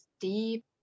deep